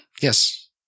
Yes